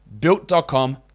Built.com